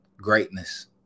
Greatness